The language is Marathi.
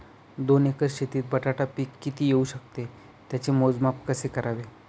दोन एकर शेतीत बटाटा पीक किती येवू शकते? त्याचे मोजमाप कसे करावे?